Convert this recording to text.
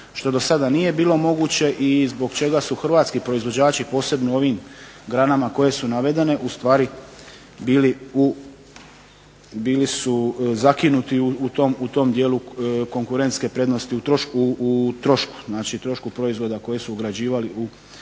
što do sada nije bilo moguće i zbog čega su hrvatski proizvođači posebno u ovim granama koje su navedene u stvari bili su zakinuti u tom dijelu konkurentske prednosti u trošku. Znači, trošku proizvoda koje su ugrađivali u, u trošku